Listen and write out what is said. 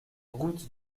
route